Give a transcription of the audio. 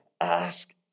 ask